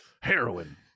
heroin